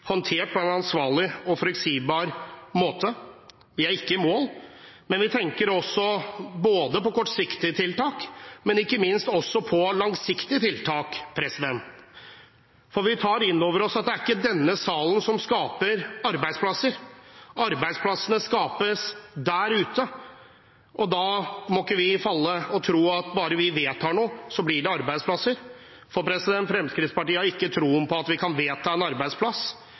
håndtert på en ansvarlig og forutsigbar måte. Vi er ikke i mål, men vi tenker på både kortsiktige tiltak og langsiktige tiltak. Vi tar inn over oss at det ikke er denne salen som skaper arbeidsplasser. Arbeidsplassene skapes der ute, og da må vi ikke tro at bare vi vedtar noe, så blir det arbeidsplasser. Fremskrittspartiet har ikke tro på at vi kan vedta en arbeidsplass,